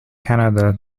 canada